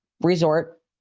resort